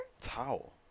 towel